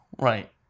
right